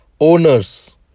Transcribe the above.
owners